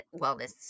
wellness